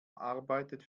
arbeitet